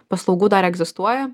paslaugų dar egzistuoja